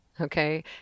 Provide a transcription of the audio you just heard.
Okay